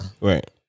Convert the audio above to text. Right